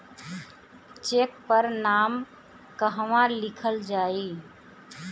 Check पर नाम कहवा लिखल जाइ?